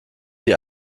die